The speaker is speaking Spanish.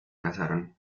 casaron